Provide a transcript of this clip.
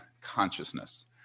consciousness